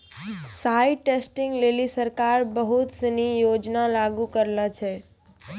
site testing लेलि सरकार बहुत सिनी योजना लागू करलें छै